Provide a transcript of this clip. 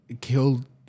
killed